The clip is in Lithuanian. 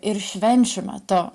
ir švenčių metu